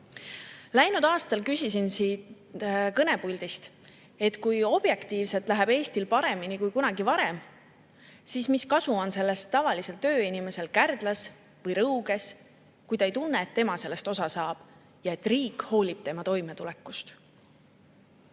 Läinud aastal küsisin siit kõnepuldist, et kui objektiivselt läheb Eestil paremini kui kunagi varem, siis mis kasu on sellest tavalisel tööinimesel Kärdlas või Rõuges, kui ta ei tunne, et tema sellest osa saab ja et riik hoolib tema toimetulekust.